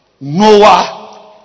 Noah